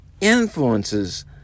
influences